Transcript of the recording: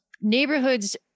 Neighborhoods